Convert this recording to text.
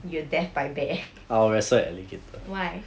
you death by bear why